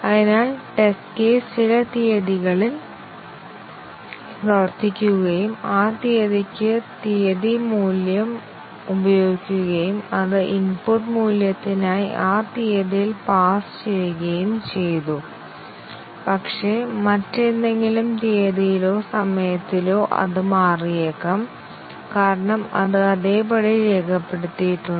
അതിനാൽ test case ചില തീയതികളിൽ പ്രവർത്തിക്കുകയും ആ തീയതിക്ക് തീയതി മൂല്യം ഉപയോഗിക്കുകയും അത് ഇൻപുട്ട് മൂല്യത്തിനായി ആ തീയതിയിൽ പാസ് ചെയ്യുകയും ചെയ്തു പക്ഷേ മറ്റേതെങ്കിലും തീയതിയിലോ സമയത്തിലോ അത് മാറിയേക്കാം കാരണം അത് അതേപടി രേഖപ്പെടുത്തിയിട്ടുണ്ട്